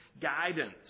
guidance